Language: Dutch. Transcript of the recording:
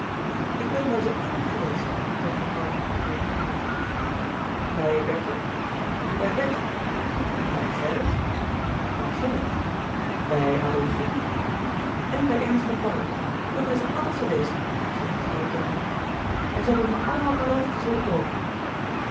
ik ben bij ze allen geweest begon dorine zegevierend bij bertha bij bertha bij gerrit bij gerrit bij adolfine en bij ernst en paul ik ben bij ze allen geweest zegevierde dorine en ze hebben me allemaal beloofd te zullen komen